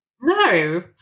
No